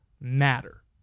matter